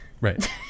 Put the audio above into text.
right